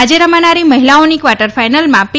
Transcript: આજે રમાનારી મહિલાઓની ક્વાર્ટર ફાઇનલમાં પી